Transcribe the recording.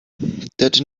that